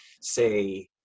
say